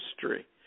history